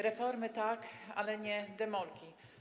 Reformy tak, ale nie demolki.